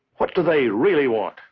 what do they really want?